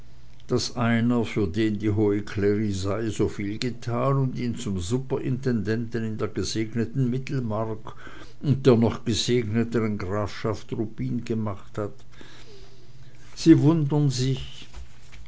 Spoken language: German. daß einer für den die hohe klerisei soviel getan und ihn zum superintendenten in der gesegneten mittelmark und der noch gesegneteren grafschaft ruppin gemacht hat sie wundern sich